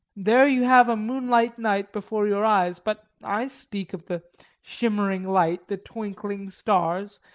there you have a moonlight night before your eyes, but i speak of the shimmering light, the twinkling stars,